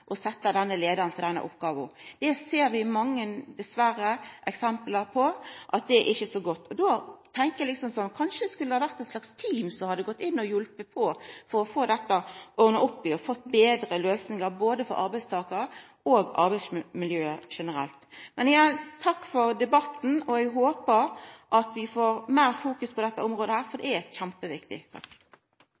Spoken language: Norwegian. denne leiaren til denne oppgåva. Det ser vi dessverre mange eksempel på at ikkje er så godt. Då tenkjer eg sånn: Kanskje det skulle ha vore eit slags team som hadde gått inn og hjelpt for å få ordna opp i dette, og fått til betre løysingar for både arbeidstakar og arbeidsmiljøet generelt. Men igjen: Takk for debatten. Eg håpar at vi får meir fokusering på dette området, for det er kjempeviktig.